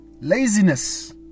laziness